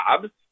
jobs